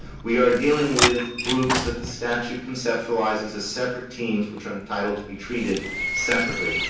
we are dealing with groups that the statute conceptualizes as separate teams which are entitled to be treated separately.